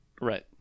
Right